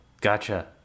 Gotcha